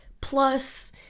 plus